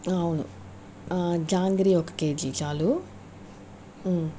ఆ అవును జాంగ్రీ ఒక కేజీ చాలు